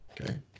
Okay